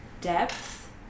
depth